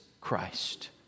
Christ